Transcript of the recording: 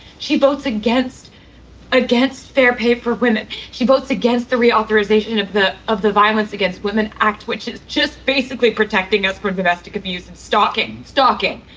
she votes against against fair pay for women. she votes against the reauthorization of the of the violence against women act, which is just basically protecting us for domestic abuse, stalking, stalking.